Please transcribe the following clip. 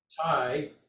tie